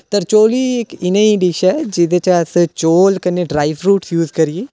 तरचौली इक नेही डिश ऐ जेह्दे च अस चौल कन्नै ड्राई फ्रूट यूज करियै